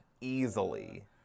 easily